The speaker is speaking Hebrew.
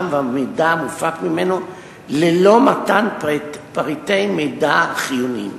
והמידע המופק ממנו ללא מתן פריטי מידע חיוניים.